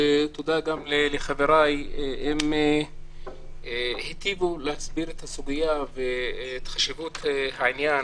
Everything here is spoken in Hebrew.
תודה גם לחבריי שהיטיבו להסביר את הסוגיה ואת חשיבות העניין.